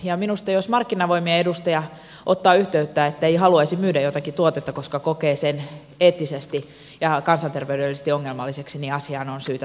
ja minusta jos markkinavoimien edustaja ottaa yhteyttä ettei haluaisi myydä jotakin tuotetta koska kokee sen eettisesti ja kansanterveydellisesti ongelmalliseksi asiaan on syytä tarttua